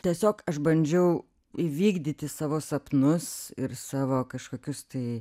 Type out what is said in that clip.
tiesiog aš bandžiau įvykdyti savo sapnus ir savo kažkokius tai